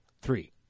three